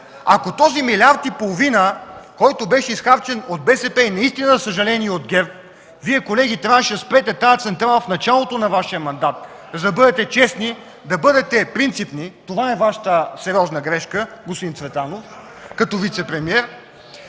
Ако този милиард и половина, който беше изхарчен от БСП и наистина, за съжаление, от ГЕРБ – Вие, колеги, трябваше да спрете тази централа в началото на Вашия мандат, за да бъдете честни, за да бъдете принципни. Това е Вашата сериозна грешка, господин Цветанов, като вицепремиер.